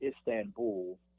Istanbul